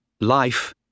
Life